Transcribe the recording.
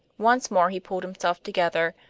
once more he pulled himself together,